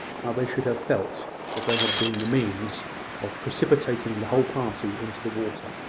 how they should have felt if they had been the means of precipitating the whole party into the water.